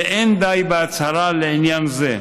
ולא די בהצהרה לעניין זה.